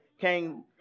came